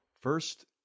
first